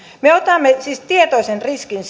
me otamme siis tietoisen riskin